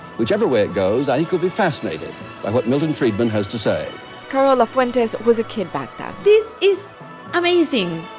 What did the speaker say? whichever way it goes, i think you'll be fascinated by what milton friedman has to say carola fuentes was a kid back then this is amazing,